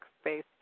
space